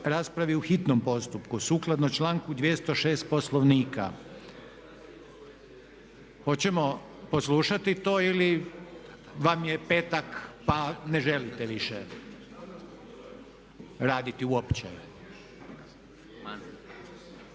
raspravi u hitnom postupku sukladno članku 206. Poslovnika. Oćemo poslušati to ili vam je petak pa ne želite više raditi uopće?